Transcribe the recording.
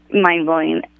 mind-blowing